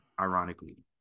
ironically